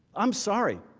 i'm sorry.